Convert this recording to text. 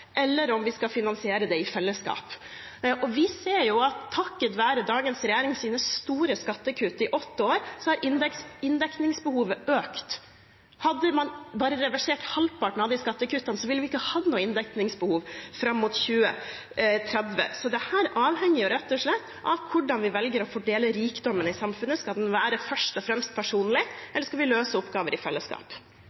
eller om vi skal finansiere det i fellesskap. Vi ser at takket være dagens regjerings store skattekutt i åtte år, har inndekningsbehovet økt. Hadde man reversert bare halvparten av disse skattekuttene, ville vi ikke hatt noe inndekningsbehov fram mot 2030. Så dette avhenger rett og slett av hvordan vi velger å fordele rikdommen i samfunnet. Skal den først og fremst være personlig,